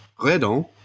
Redon